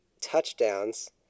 touchdowns